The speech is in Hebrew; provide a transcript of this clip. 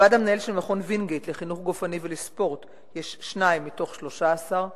בוועד המנהל של מכון וינגייט לחינוך גופני ולספורט יש שניים מתוך 13,